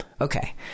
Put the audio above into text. Okay